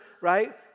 Right